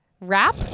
wrap